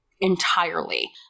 entirely